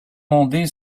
mandé